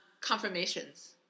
confirmations